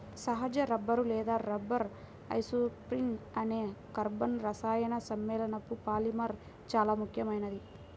సహజ రబ్బరు లేదా rubber isoprene అనే కర్బన రసాయన సమ్మేళనపు పాలిమర్ చాలా ముఖ్యమైనది